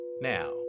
Now